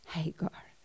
Hagar